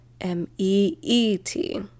M-E-E-T